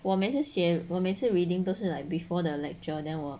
我们是嫌我每次 reading 都是 like before the lecture then 我